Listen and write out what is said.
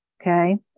Okay